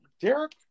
Derek